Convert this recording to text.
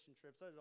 trips